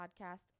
podcast